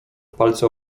palce